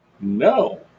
No